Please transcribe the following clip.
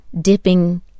dipping